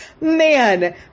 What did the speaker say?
man